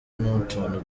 n’utuntu